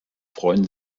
freuen